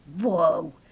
Whoa